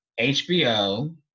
HBO